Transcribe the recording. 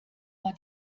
war